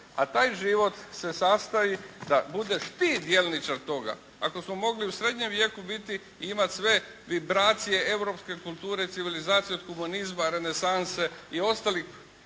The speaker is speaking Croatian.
a taj život se sastoji da budeš ti djelničar toga. Ako smo mogli u srednjem vijeku biti i imati sve vibracije europske kulture, civilizacije od humanizma, renesanse i ostalih